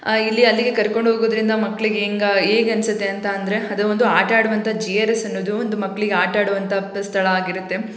ಇಲ್ಲಿ ಅಲ್ಲಿಗೆ ಕರ್ಕೊಂಡೋಗೋದರಿಂದ ಮಕ್ಳಿಗೆ ಹೆಂಗ ಹೇಗ್ ಅನಿಸುತ್ತೆ ಅಂತ ಅಂದರೆ ಅದು ಒಂದು ಆಟಾಡುವಂಥ ಜಿ ಆರ್ ಎಸ್ ಅನ್ನೋದು ಒಂದು ಮಕ್ಳಿಗೆ ಆಟಾಡುವಂಥ ಸ್ಥಳ ಆಗಿರುತ್ತೆ